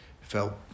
felt